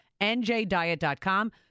NJDiet.com